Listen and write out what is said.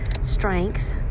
strength